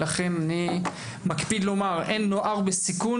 לכן אני מקפיד לומר: אין נוער בסיכון,